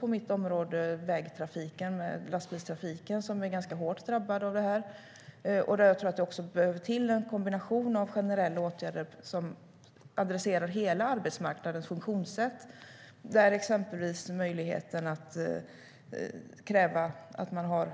På mitt område är också vägtrafiken inklusive lastbilstrafiken ganska hårt drabbad. Jag tror att det behövs en kombination av generella åtgärder som adresserar hela arbetsmarknadens funktionssätt. Möjligheten att kräva att man har